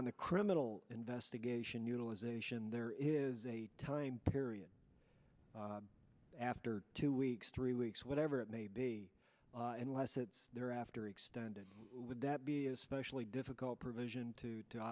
on the criminal investigation utilization there is a time period after two weeks three weeks whatever it may be unless it's there after extended with that be especially difficult provision to